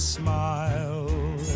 smile